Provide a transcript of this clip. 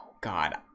god